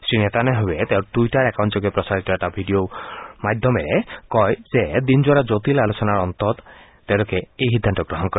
শ্ৰী নেতান্যাছৱে তেওঁৰ টুইটাৰ একাউণ্টযোগে প্ৰচাৰিত এটা ভিডিঅ'ৰ মাধ্যমেৰে কয় যে দিনজোৰা জটিল আলোচনাৰ অন্তত তেওঁলোকে এই সিদ্ধান্ত গ্ৰহণ কৰে